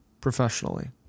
professionally